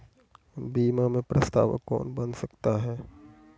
बीमा में प्रस्तावक कौन बन सकता है?